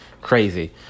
crazy